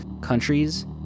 Countries